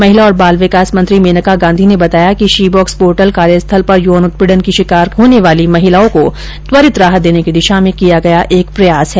महिला और बाल विकास मंत्री मेनका गांधी ने बताया कि शी बॉक्स पोर्टल कार्यस्थल पर यौन उत्पीड़न की शिकार होने वाली महिलाओं को त्वरित राहत देने की दिशा में किया गया एक प्रयास है